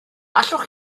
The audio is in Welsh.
allwch